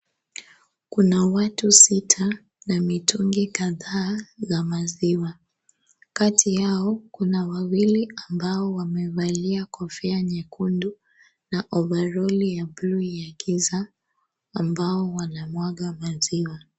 Kuna watu sita na mitungi kadhaa za maziwa. Kati yao Kuna wawili ambao wamevalia kofia nyekundu na ovaroli ya buluu ya giza, ambao wanamwaga maziwa.